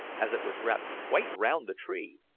as it was wrapped quite round the tree,